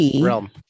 realm